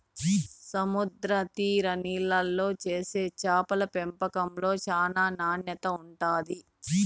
సముద్ర తీర నీళ్ళల్లో చేసే చేపల పెంపకంలో చానా నాణ్యత ఉంటాది